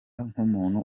nk’umuntu